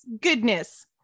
goodness